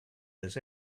this